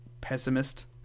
pessimist